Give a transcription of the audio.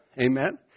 Amen